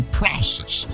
process